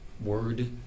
word